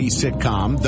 sitcom